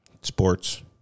Sports